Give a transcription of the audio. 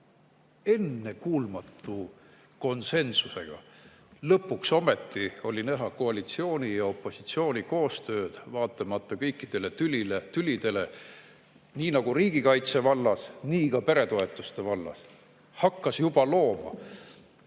ennekuulmatu konsensusega! Lõpuks ometi oli näha koalitsiooni ja opositsiooni koostööd, vaatamata kõikidele tülidele. Nii nagu riigikaitse vallas, nii ka peretoetuste vallas hakkas juba looma.